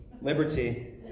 Liberty